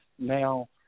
now